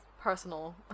personal